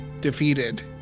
defeated